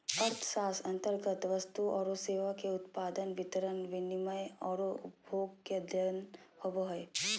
अर्थशास्त्र अन्तर्गत वस्तु औरो सेवा के उत्पादन, वितरण, विनिमय औरो उपभोग के अध्ययन होवो हइ